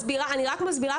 אני רק מסבירה,